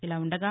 ఇలా ఉండగా